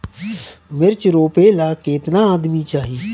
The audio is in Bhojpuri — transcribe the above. मिर्च रोपेला केतना आदमी चाही?